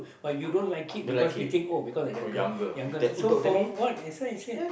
but you don't like it because you think oh because the younger younger so for what that's why I said